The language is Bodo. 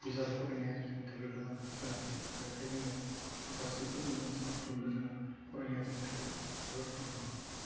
बिजाब फरायनाया जोंनि थाखाय गोबां गोनांथि बेखाय जोङो बेफोर गासैखो जोङो सानफ्रामबो जोङो फरायनाया जोंनि थाखाय जोबोद मोजां